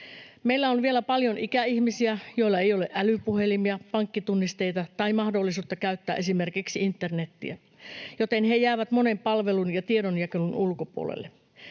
Meillä on vielä paljon ikäihmisiä, joilla ei ole älypuhelimia, pankkitunnisteita tai mahdollisuutta käyttää esimerkiksi internetiä, joten he jäävät monen palvelun ja tiedonjakelun ulkopuolelle.